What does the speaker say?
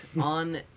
on